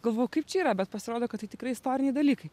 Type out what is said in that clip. galvoju kaip čia yra bet pasirodo kad tai tikrai istoriniai dalykai